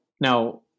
Now